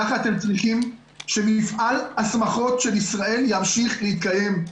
כך אתם צריכים שמפעל השמחות של ישראל ימשיך להתקיים.